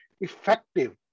effective